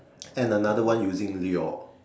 and another one using lure